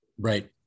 Right